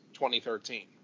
2013